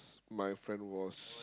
my friend was